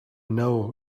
know